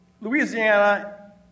Louisiana